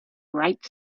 right